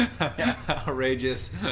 outrageous